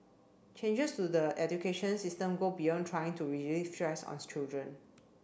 changes to the education system go beyond trying to stress on children